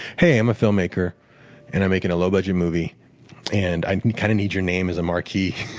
hey, i'm a film maker and i'm making a low budget movie and i kind of need your name as a marquee